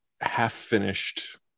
half-finished